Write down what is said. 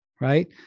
right